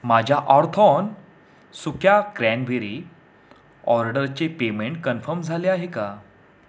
माझ्या ऑर्थॉन सुक्या क्रॅनबेरी ऑर्डरचे पेमेंट कन्फर्म झाले आहे का